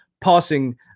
passing